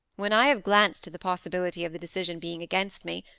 when i have glanced to the possibility of the decision being against me,